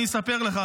אני אספר לך.